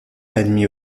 admis